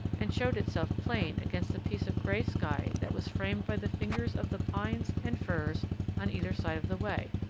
and showed itself plain against a piece of grey sky that was framed by the fingers of the pines and firs on either side of the way.